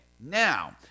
Now